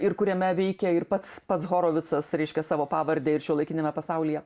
ir kuriame veikia ir pats pats horovitsas visas reiškia savo pavarde ir šiuolaikiniame pasaulyje